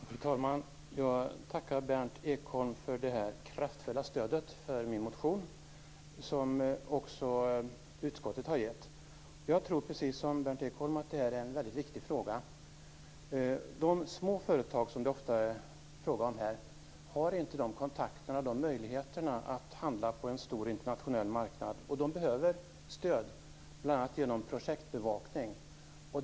Fru talman! Jag tackar Berndt Ekholm för det kraftfulla stödet för min motion - ett stöd som också utskottet har givit. Jag tror precis som Berndt Ekholm att det är en väldigt viktig fråga. De små företag som det ofta är fråga om har inte kontakter för och möjligheter att handla på en stor internationell marknad. De behöver stöd bl.a. genom projektbevakning.